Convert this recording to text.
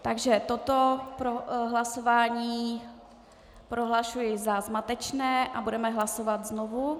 Takže toto hlasování prohlašuji za zmatečné a budeme hlasovat znovu.